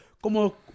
Como